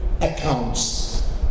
accounts